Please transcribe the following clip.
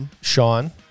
Sean